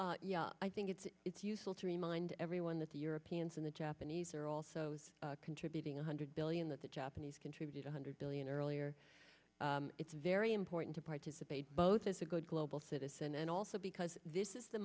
now i think it's it's useful to remind everyone that the europeans and the japanese are also contributing one hundred billion that the japanese contribute one hundred billion earlier it's very important to participate both is a good global citizen and also because this is the